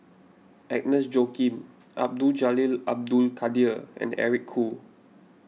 Agnes Joaquim Abdul Jalil Abdul Kadir and Eric Khoo